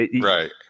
Right